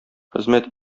хезмәт